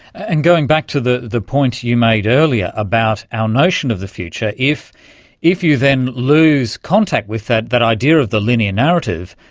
and going back to the the point you made earlier about our notion of the future. if if you then lose contact with that that idea of the linear narrative,